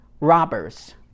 robbers